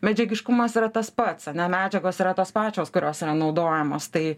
medžiagiškumas yra tas pats ane medžiagos yra tos pačios kurios yra naudojamos tai